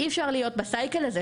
אי אפשר להיות ב- cycle הזה,